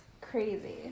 crazy